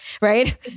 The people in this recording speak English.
right